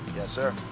yes sir.